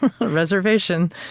reservation